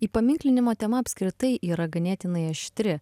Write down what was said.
įpaminklinimo tema apskritai yra ganėtinai aštri